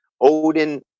odin